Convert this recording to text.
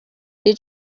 did